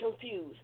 confused